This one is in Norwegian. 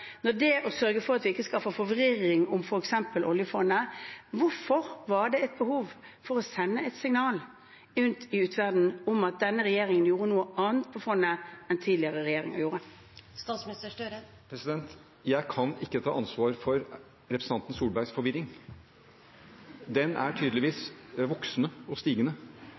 å sørge for at vi ikke skaper forvirring om f.eks. oljefondet, hvorfor var det et behov for å sende et signal ut til omverdenen om at denne regjeringen gjorde noe annet med fondet enn tidligere regjeringer gjorde? Jeg kan ikke ta ansvar for representanten Solbergs forvirring. Den er tydeligvis voksende og stigende,